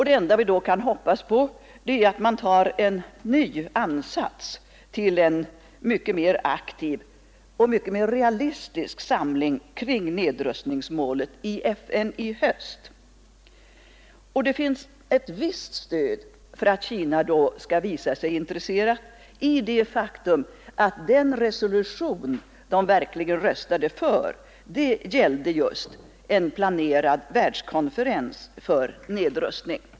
Det enda vi kan hoppas på är att man tar en ny ansats till en mycket mer aktiv och realistisk samling kring nedrustningsmålet i FN i höst. Ett visst stöd för att Kina då skall visa sig intresserat ger det faktum att den resolution Kina verkligen röstade för gällde just en planerad världskonferens för nedrustning.